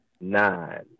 nine